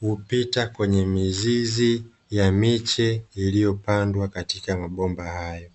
hupita kwenye mizizi ya miche iliyopandwa katika mabomba hayo.